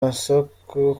masoko